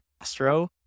Astro